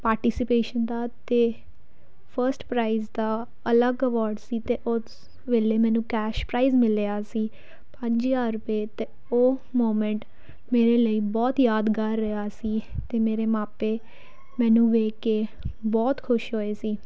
participation ਦਾ ਅਤੇ first prize ਦਾ ਅਲੱਗ ਅਵਾਰਡ ਸੀ ਅਤੇ ਉਸ ਵੇਲੇ ਮੈਨੂੰ ਕੈਸ਼ ਪ੍ਰਾਈਜ਼ ਮਿਲਿਆ ਸੀ ਪੰਜ ਹਜ਼ਾਰ ਰੁਪਏ ਅਤੇ ਉਹ ਮੂਮੈਂਟ ਮੇਰੇ ਲਈ ਬਹੁਤ ਯਾਦਗਾਰ ਰਿਹਾ ਸੀ ਅਤੇ ਮੇਰੇ ਮਾਪੇ ਮੈਨੂੰ ਵੇਖ ਕੇ ਬਹੁਤ ਖੁਸ਼ ਹੋਏ ਸੀ